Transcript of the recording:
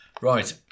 Right